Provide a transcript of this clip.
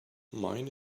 mind